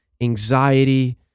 anxiety